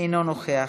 אינו נוכח,